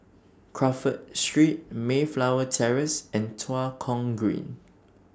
Crawford Street Mayflower Terrace and Tua Kong Green